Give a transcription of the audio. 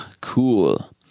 cool